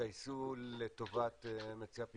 התגייסו למציאת פתרונות,